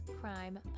Crime